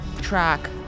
track